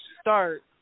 start